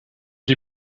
die